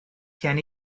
can